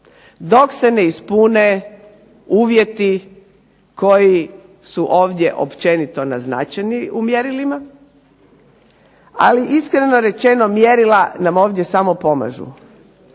dok se ne ispune uvjeti koji su ovdje općenito naznačeni u mjerilima, ali iskreno rečeno mjerila nam ovdje samo pomažu.